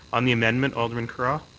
on the amendment, alderman carra?